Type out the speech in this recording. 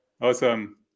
awesome